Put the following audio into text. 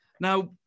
Now